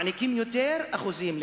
מעניקים יותר אחוזים,